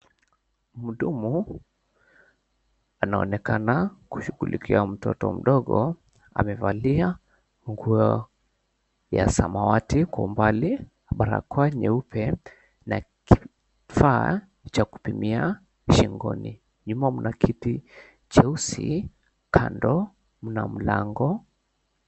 Mhudumu anaonekana kushughulikia mtoto mdogo, amevalia nguo ya samawati kwa umbali, barakoa nyeupe na kifaa cha kupimia shingoni. Nyuma mna kiti cheusi, kando mna mlango.